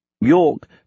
York